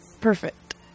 perfect